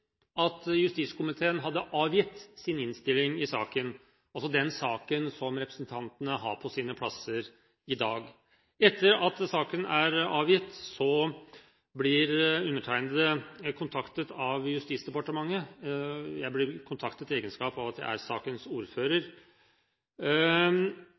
at justiskomiteen har avgitt sin innstilling i den saken som representantene har på sine plasser i dag, blir jeg, i egenskap av at jeg er sakens ordfører,